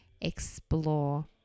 explore